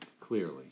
clearly